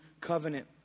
covenant